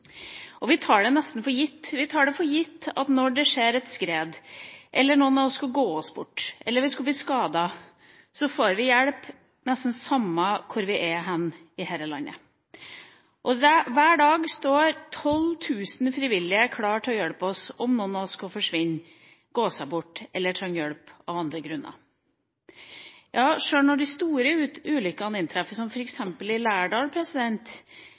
og vi tar det nesten for gitt. Når det skjer et skred, eller når noen av oss går oss bort, eller om vi skulle bli skadet, tar vi det for gitt at vi får hjelp, nesten uansett hvor vi er i dette landet. Hver dag står 12 000 frivillige klare til å hjelpe oss om noen av oss skulle forsvinne, gå oss bort eller skulle trenge hjelp av andre grunner, ja, sjøl når de store ulykkene inntreffer, som f.eks. i Lærdal,